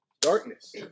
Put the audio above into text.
darkness